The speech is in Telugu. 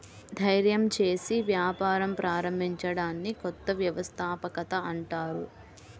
ధైర్యం చేసి వ్యాపారం ప్రారంభించడాన్ని కొత్త వ్యవస్థాపకత అంటారు